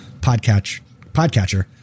podcatcher